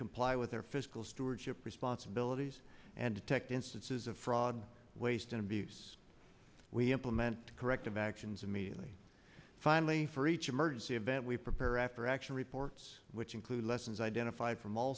comply with their fiscal stewardship responsibilities and protect instances of fraud waste and abuse we implement corrective actions immediately finally for each emergency event we prepare after action reports which include lessons identified from all